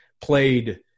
played